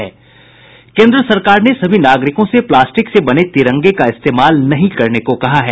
केन्द्र सरकार ने सभी नागरिकों से प्लास्टिक से बने तिरंगे का इस्तेमाल नहीं करने को कहा है